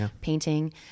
Painting